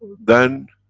then,